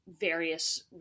various